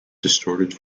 distorted